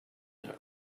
know